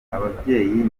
ababyeyi